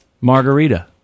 margarita